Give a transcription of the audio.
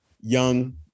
young